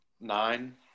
Nine